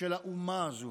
של האומה הזו,